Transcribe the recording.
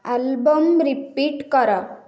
album repeat କର